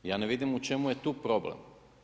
Ja ne vidim u čemu je tu problem.